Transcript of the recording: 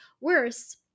worse